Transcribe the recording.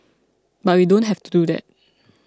but we don't have to do that